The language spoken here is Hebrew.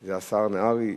זה השר נהרי.